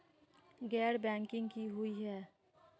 गैर बैंकिंग की हुई है?